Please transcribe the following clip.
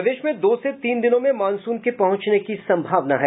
प्रदेश में दो से तीन दिनों में मॉनसून के पहुंचने की सम्भावना है